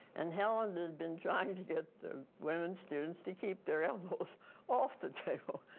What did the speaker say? and helen had been trying to get the women students to keep their elbows off the table.